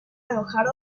alojar